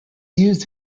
used